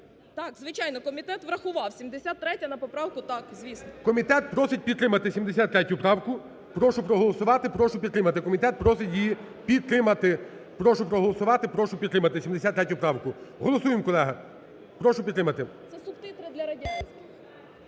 Так, звичайно, комітет врахував, 73-я на поправку, так, звісно. ГОЛОВУЮЧИЙ. Комітет просить підтримати 73 правку. Прошу проголосувати, прошу підтримати. Комітет просить її підтримати. Прошу проголосувати, прошу підтримати 73 правку. Голосуємо, колеги! Прошу підтримати. СЮМАР В.П. Це субтитри для радянських.